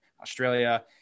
Australia